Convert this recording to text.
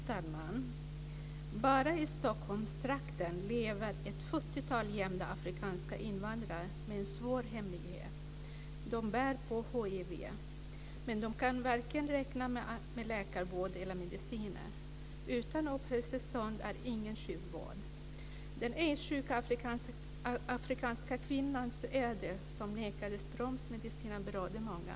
Fru talman! Bara i Stockholmstrakten lever ett fyrtiotal gömda afrikanska invandrare med en svår hemlighet. De bär på hiv. Men de kan varken räkna med läkarvård eller mediciner. Utan uppehållstillstånd får de ingen sjukvård. Den aidssjuka afrikanska kvinnans öde, hon som nekades bromsmedicin, berörde många.